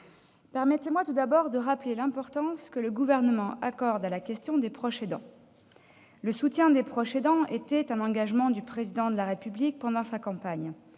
permettez-moi tout d'abord de rappeler l'importance que le Gouvernement accorde à la question des proches aidants. Le soutien aux proches aidants était un engagement de campagne du Président de la République. À ce